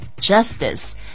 Justice